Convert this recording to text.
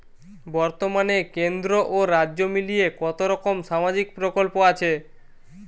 বতর্মানে কেন্দ্র ও রাজ্য মিলিয়ে কতরকম সামাজিক প্রকল্প আছে?